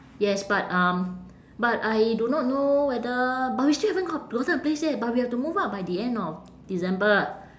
yes but um but I do not know whether but we still haven't got~ gotten a place yet but we have to move out by the end of december